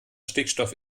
stickstoff